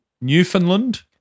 Newfoundland